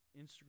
Instagram